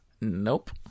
Nope